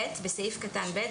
בסעיף קטן (ב),